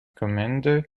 kommende